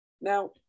Now